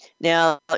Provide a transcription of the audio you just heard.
Now